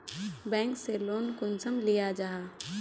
Bank से loan कुंसम लिया जाहा?